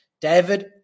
David